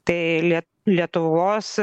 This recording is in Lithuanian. tai lie lietuvos